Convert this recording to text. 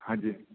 हाँ जी